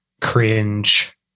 cringe